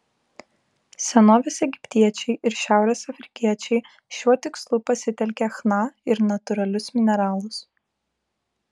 senovės egiptiečiai ir šiaurės afrikiečiai šiuo tikslu pasitelkė chna ir natūralius mineralus